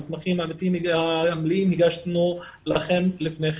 את המסמכים המלאים הגשנו לכם לפני כן.